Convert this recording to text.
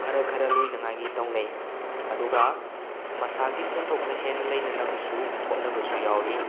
ꯈꯔ ꯈꯔ ꯂꯣꯏꯅꯉꯥꯏꯒꯤ ꯇꯧꯅꯩ ꯑꯗꯨꯒ ꯃꯁꯥꯒꯤ ꯁꯦꯟꯊꯣꯛꯅ ꯍꯦꯟꯅ ꯂꯩꯅꯅꯕꯁꯨ ꯍꯣꯠꯅꯕꯁꯨ ꯌꯥꯎꯔꯤ